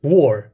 War